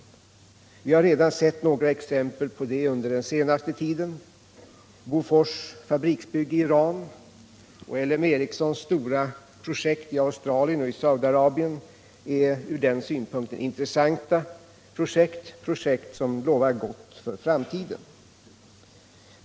Vi har redan sett några exempel på det under den senaste tiden. Bofors fabriksbygge i Iran och LM Ericssons stora projekt i Australien och Saudiarabien är ur den synvinkeln intressanta och lovar gott för framtiden.